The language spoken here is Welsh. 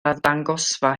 arddangosfa